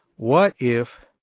what if